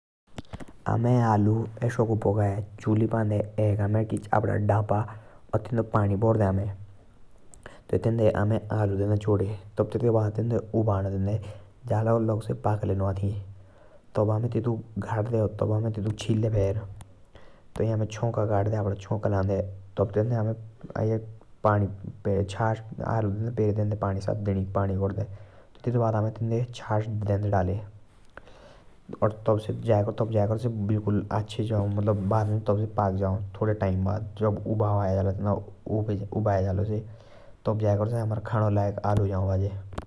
आमे आलू असे साकू पक्या आमे अगे चुलीच राख्ते दबा। ताइ तेंदो पानी भरदे ताइ आलू देंडे छोड़े। ताइ तेतुक उबालना देंडे ताइ तेतुक उंदे गढ़धे। ताइ चौंका लांडे ताइ आलू डालदे। ताइ लस्सी चास डालदे।